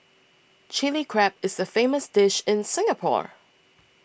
Chilli Crab is a famous dish in Singapore